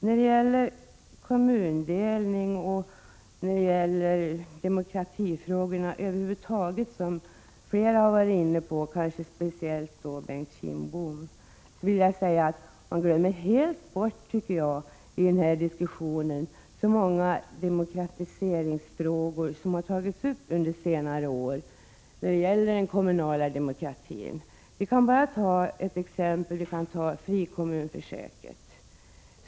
När det gäller kommundelning och demokratifrågor över huvud taget, som flera har varit inne på, speciellt Bengt Kindbom, har man i denna diskussion helt glömt bort de många frågor som har tagits upp under senare år och som berört den kommunala demokratin. Vi kan ta ett exempel: frikommunförsöket.